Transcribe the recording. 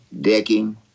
decking